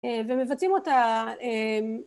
ומבצעים אותה